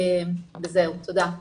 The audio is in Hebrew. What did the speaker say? תודה.